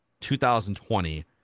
2020